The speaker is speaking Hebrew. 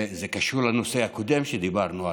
זה קשור לנושא הקודם שדיברנו עליו.